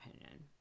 opinion